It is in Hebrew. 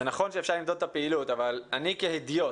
זה נכון שאפשר למדוד את הפעילות אבל אני כהדיוט,